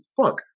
fuck